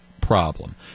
problem